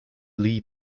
lee